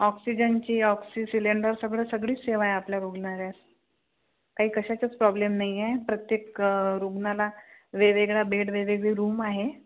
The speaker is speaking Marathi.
ऑक्सिजनची ऑक्सिसिलेंडर सगळं सगळीच सेवा आहे आपल्या रुग्णालयात काही कशाचाच प्रॉब्लेम नाही आहे प्रत्येक रुग्णाला वेगवेगळा बेड वेगवेगळी रूम आहे